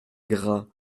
gras